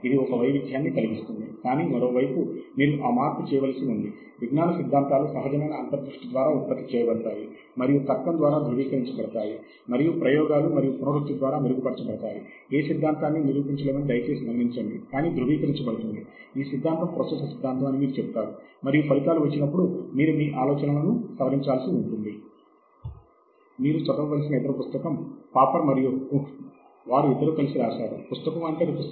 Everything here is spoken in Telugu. ఇతరులు ఇప్పటి వరకు ఏమి చేశారు అంటే ఇతరులు ఏవిధమైన వనరులను ఉపయోగించారో మనం తెలుసుకోవాలి ప్రజలు ఎలాంటి విధానాలను ఉపయోగించారు ఏవిధమైన ఖాళీలు ఏర్పడ్డాయి అవి ఎక్కడ ఉన్నాయి మరియు మనము ఎక్కడ సహకరించగలము